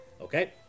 Okay